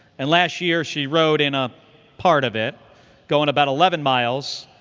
and last year, she rode in a part of it going about eleven miles.